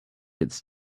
its